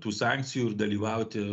tų sankcijų ir dalyvauti